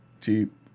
cheap